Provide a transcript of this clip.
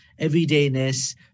everydayness